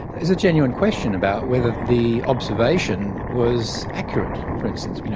there's a genuine question about whether the observation was accurate. for instance, you know,